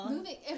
Moving